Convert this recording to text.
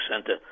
center